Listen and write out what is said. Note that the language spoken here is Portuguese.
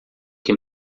que